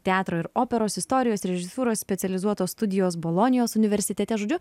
teatro ir operos istorijos režisūros specializuotos studijos bolonijos universitete žodžiu